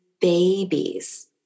babies